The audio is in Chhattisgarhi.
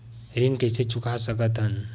ऋण कइसे चुका सकत हन?